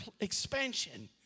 expansion